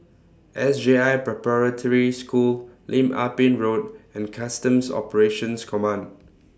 S J I Preparatory School Lim Ah Pin Road and Customs Operations Command